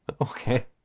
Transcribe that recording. Okay